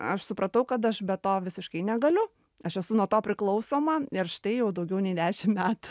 aš supratau kad aš be to visiškai negaliu aš esu nuo to priklausoma ir štai jau daugiau nei dešim metų